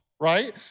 Right